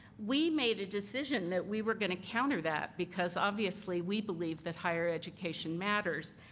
we made a decision that we were going to counter that because obviously we believe that higher education matters.